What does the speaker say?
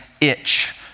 itch